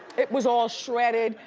it was all shredded.